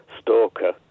stalker